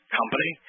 company